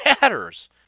matters